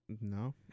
No